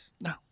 no